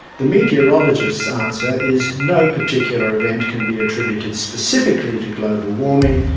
the meteorologists' answer is no particular event can be attributed specifically to global warming,